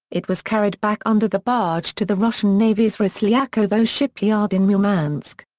it was carried back under the barge to the russian navy's roslyakovo shipyard in murmansk.